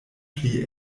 pli